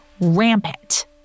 rampant